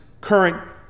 current